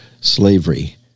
slavery